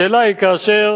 השאלה היא: כאשר